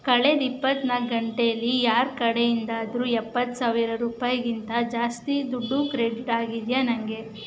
ಕಳೆದ ಇಪ್ಪತ್ತ್ನಾಲ್ಕು ಗಂಟೆಲಿ ಯಾರ ಕಡೆಯಿಂದಾದರೂ ಎಪ್ಪತ್ತು ಸಾವಿರ ರೂಪಾಯಿಗಿಂತ ಜಾಸ್ತಿ ದುಡ್ಡು ಕ್ರೆಡಿಟ್ ಆಗಿದೆಯಾ ನನಗೆ